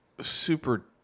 super